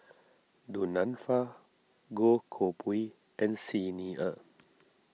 Du Nanfa Goh Koh Pui and Xi Ni Er